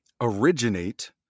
originate